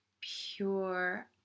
pure